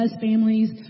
families